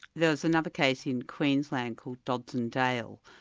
there was another case in queensland called dodds and dale,